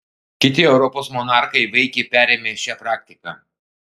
kiti europos monarchai veikiai perėmė šią praktiką